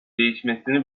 değişmesini